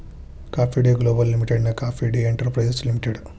coffee day global ಲಿಮಿಟೆಡ್ನ coffee day enterprises limited